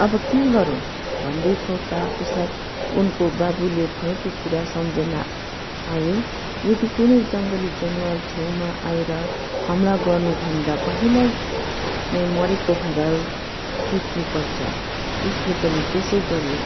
अब के गरौँ भन्दै सोच्दा त्यसलाई उनको बाबुले भनेको कुरा सम्झना आयो यदि कुनै जङ्गली जनावर छेउमा आएर हमला गर्नुभन्दा पहिल्यै नै मरेको भएर सुत्नुपर्छ उसले पनि त्यसै गर्यो